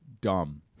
dumb